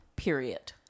Period